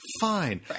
Fine